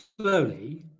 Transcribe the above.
slowly